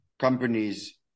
companies